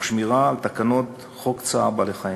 תוך שמירה על תקנות חוק צער בעלי-חיים.